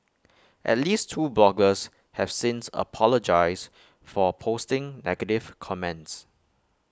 at least two bloggers have since apologised for posting negative comments